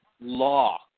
law